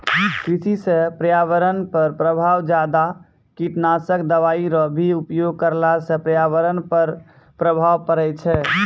कृषि से पर्यावरण पर प्रभाव ज्यादा कीटनाशक दवाई रो भी उपयोग करला से पर्यावरण पर प्रभाव पड़ै छै